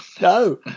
No